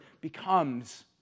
becomes